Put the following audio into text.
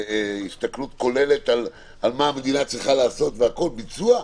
הסתכלות כוללת מה המדינה צריכה לעשות, אבל ביצוע?